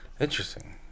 Interesting